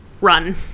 run